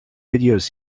videos